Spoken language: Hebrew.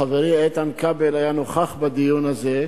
חברי איתן כבל היה נוכח בדיון הזה.